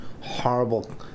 horrible